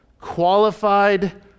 qualified